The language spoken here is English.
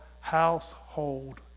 household